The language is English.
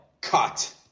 Cut